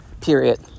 Period